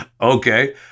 Okay